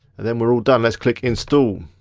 and then we're all done, let's click instal.